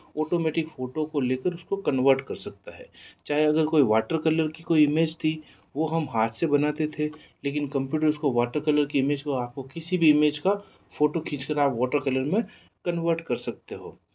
automatic photo को ले कर उसको कन्वर्ट कर सकता है चाहे अगर कोई वाटर कलर कि कोई इमेज थी वो हम हाथ से बनाते थे लेकिन कम्प्यूटर उसको वाटर कलर की इमेज को आप को किसी भी इमेज का फ़ोटो खींच कर आप वाटर कलर में कन्वर्ट कर सकते हो